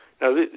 now